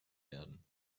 werden